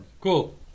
Cool